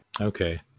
Okay